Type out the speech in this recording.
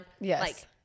yes